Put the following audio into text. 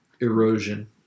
erosion